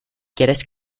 quieres